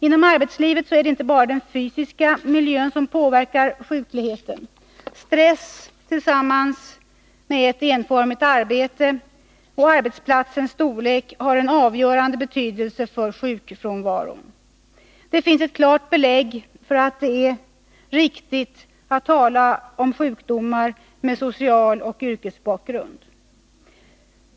Inom arbetslivet är det inte bara den fysiska miljön som påverkar sjukligheten. Stress tillsammans med enformigt arbete och arbetsplatsens storlek har avgörande betydelse för sjukfrånvaron. Det finns klart belägg för att det är riktigt att tala om sjukdomar med social bakgrund och yrkesbakgrund.